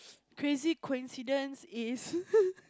crazy coincidence is